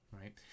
Right